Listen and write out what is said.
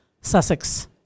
Sussex